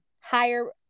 higher